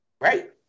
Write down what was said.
right